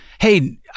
hey